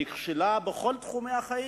שנכשלה בכל תחומי החיים,